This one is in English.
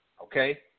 Okay